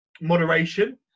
moderation